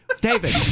David